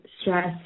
stress